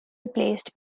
replaced